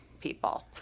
people